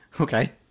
Okay